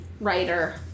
writer